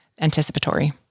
anticipatory